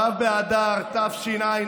ו' באדר תשע"א,